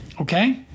Okay